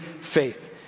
faith